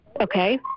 okay